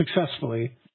successfully